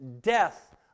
death